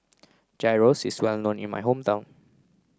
Gyros is well known in my hometown